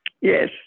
Yes